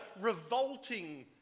revolting